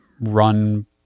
run